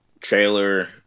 trailer